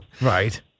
Right